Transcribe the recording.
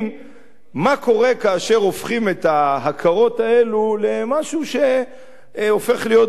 מה קורה כאשר הופכים את ההכרות האלה למשהו שהופך להיות דיון פוליטי,